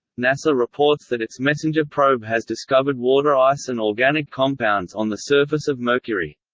nasa reports that its messenger probe has discovered water ice and organic compounds on the surface of mercury.